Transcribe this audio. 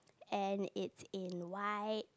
and it's in white